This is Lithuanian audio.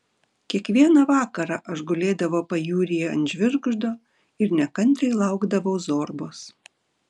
kiekvieną vakarą aš gulėdavau pajūryje ant žvirgždo ir nekantriai laukdavau zorbos